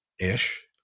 ish